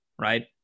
right